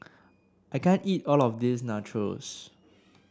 I can't eat all of this Nachos